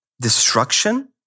destruction